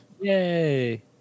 yay